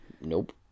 Nope